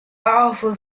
powerful